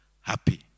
happy